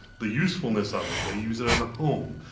the usefulness of it. they use it as a home.